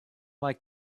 like